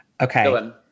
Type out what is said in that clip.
Okay